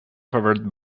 covered